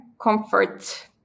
comfort